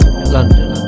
London